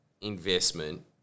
investment